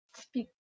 speak